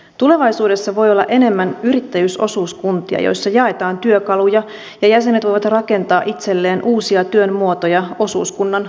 tulevaisuudessa voi olla enemmän yrittäjyysosuuskuntia joissa jaetaan työkaluja ja jäsenet voivat rakentaa itselleen uusia työn muotoja osuuskunnan kautta